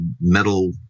metal